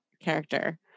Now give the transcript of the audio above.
character